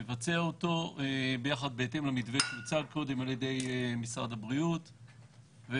נבצע אותו בהתאם למתווה שהוצג קודם על ידי משרד הבריאות והדברים